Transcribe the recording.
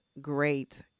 great